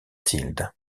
tilde